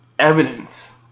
evidence